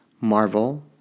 Marvel